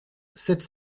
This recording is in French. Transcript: sept